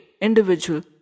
individual